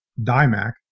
DIMAC